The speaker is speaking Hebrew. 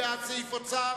ל-2010, מי בעד סעיף אוצר?